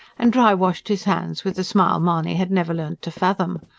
and dry-washed his hands with the smile mahony had never learnt to fathom.